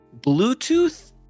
Bluetooth